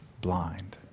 blind